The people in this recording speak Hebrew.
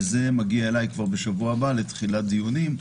וכבר בשבוע הבא זה יגיע אליי לתחילת דיונים.